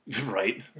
right